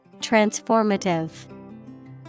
Transformative